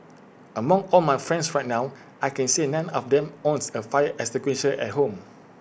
among all my friends right now I can say none of them owns A fire extinguisher at home